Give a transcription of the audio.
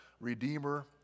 redeemer